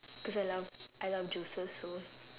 cause I love I love juices so